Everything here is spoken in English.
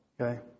okay